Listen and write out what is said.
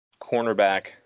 Cornerback